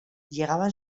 llegaban